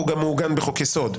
והוא גם מעוגן בחוק-יסוד,